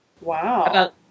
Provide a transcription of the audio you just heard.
Wow